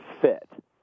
fit